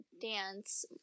dance